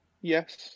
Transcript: Yes